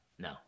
No